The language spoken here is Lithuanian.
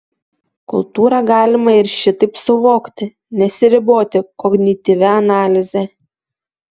kultūrą galima ir šitaip suvokti nesiriboti kognityvia analize